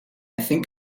think